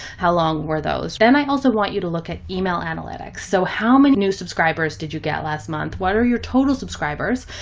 how long were those. then i also want you to look at email analytics. so how many new subscribers did you get last month? what are your total subscribers?